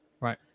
Right